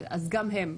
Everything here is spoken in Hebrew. אז גם הם,